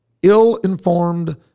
ill-informed